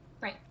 Right